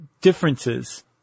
differences